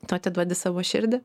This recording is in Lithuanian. tu atiduodi savo širdį